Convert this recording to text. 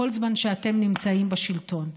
כל זמן שאתם נמצאים בשלטון.